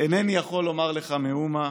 "אינני יכול לומר לך מאומה,